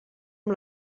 amb